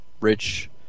rich